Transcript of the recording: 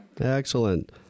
excellent